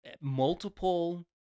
multiple